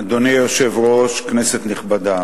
אדוני היושב-ראש, כנסת נכבדה,